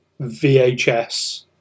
VHS